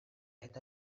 eta